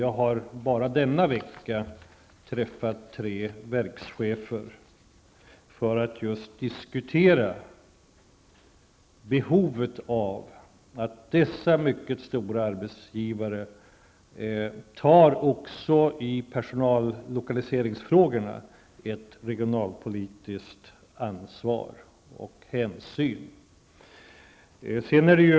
Jag har bara denna vecka träffat tre verkschefer för att diskutera just behoven av att dessa mycket stora arbetsgivare tar ett regionalpolitiskt ansvar och regionalpolitiska hänsyn i just lokaliseringsfrågor.